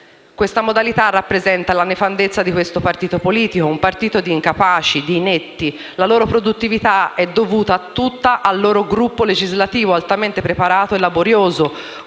Questa modalità rappresenta la nefandezza di questo partito politico, un partito di incapaci, di inetti. La loro produttività è dovuta tutta al loro gruppo legislativo altamente preparato e laborioso: